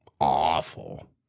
awful